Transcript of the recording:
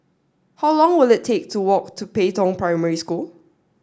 how long will it take to walk to Pei Tong Primary School